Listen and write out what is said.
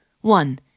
One